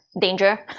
danger